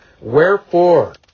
Wherefore